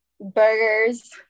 Burgers